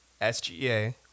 SGA